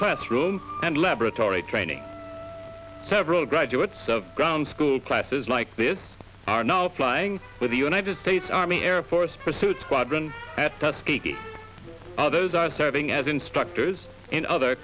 classrooms and laboratory training several graduates of ground school classes like this are now flying with the united states army air force pursuit squadron at tuskegee those are serving as instructors in other